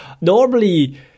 Normally